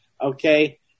okay